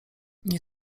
nie